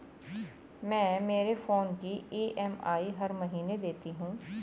मैं मेरे फोन की ई.एम.आई हर महीने देती हूँ